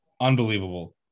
unbelievable